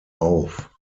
auf